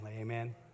Amen